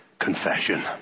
confession